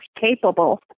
capable